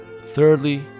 Thirdly